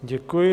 Děkuji.